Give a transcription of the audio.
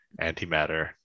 antimatter